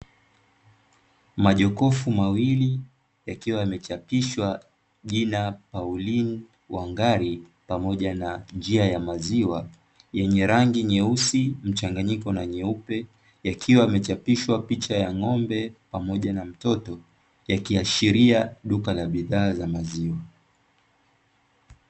Majokofu mawili yakiwa yamechapishwa jina la "Pauline Wangari", pamoja na "njia ya maziwa", yenye rangi nyeusi mchanganyiko na nyeupe; yakiwa yamechapishwa picha ya ng'ombe pamoja na mtoto, yakiashiria duka la bidhaa za maziwa.